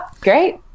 great